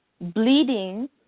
bleeding